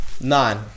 nine